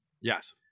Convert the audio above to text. Yes